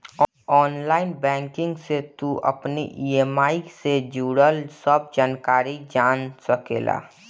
online banking से तू अपनी इ.एम.आई जे जुड़ल सब जानकारी जान सकेला